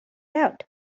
out